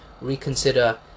reconsider